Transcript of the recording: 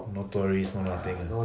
no tourist nothing